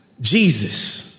Jesus